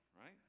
right